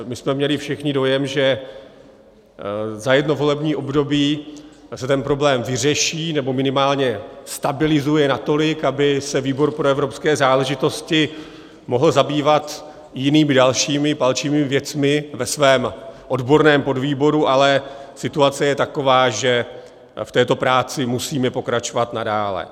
My jsme měli všichni dojem, že za jedno volební období se ten problém vyřeší, nebo minimálně stabilizuje natolik, aby se výbor pro evropské záležitosti mohl zabývat jinými dalšími palčivými věcmi ve svém odborném podvýboru, ale situace je taková, že v této práci musíme pokračovat nadále.